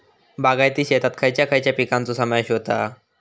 बागायती शेतात खयच्या खयच्या पिकांचो समावेश होता?